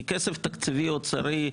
כי כסף תקציבי אוצרי,